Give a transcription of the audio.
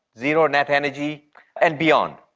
zero net energy and beyond.